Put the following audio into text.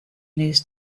news